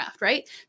right